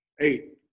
Eight